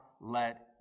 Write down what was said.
let